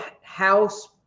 house